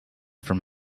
from